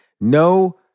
No